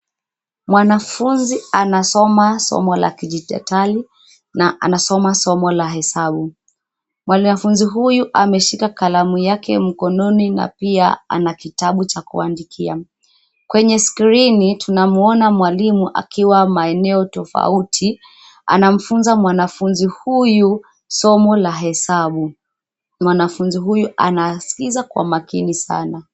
Mwanafunzi anasoma somo la kidijitali na anasoma somo la hesabu. Mwanafunzi huyu ameshika kalamu yake mkononi na pia ana kitabu cha kuandikia. Kwenye skrini, tunamuona mwalimu akiwa maeneo tofauti ,anamfunza mwanafunzi huyu somo la hesabu. Mwanafunzi huyo anasikiza kwa makini sana.